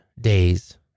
days